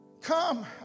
Come